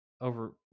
over